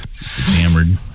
hammered